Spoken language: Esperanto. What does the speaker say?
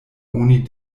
oni